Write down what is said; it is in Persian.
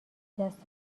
دست